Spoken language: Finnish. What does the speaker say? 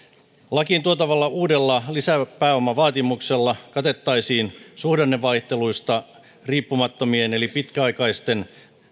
lakiin tuotavalla uudella lisäpääomavaatimuksella katettaisiin suhdannevaihteluista riippumattomien eli pitkäaikaisten